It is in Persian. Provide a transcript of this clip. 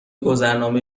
گذرنامه